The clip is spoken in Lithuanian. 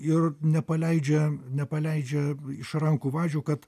ir nepaleidžia nepaleidžia iš rankų vadžių kad